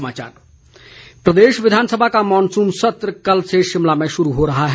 विधानसभा प्रदेश विधानसभा का मॉनसून सत्र कल से शिमला में शुरू हो रहा है